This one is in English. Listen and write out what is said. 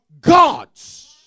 God's